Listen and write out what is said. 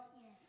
Yes